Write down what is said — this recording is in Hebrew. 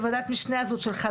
משנה הזאת שלך,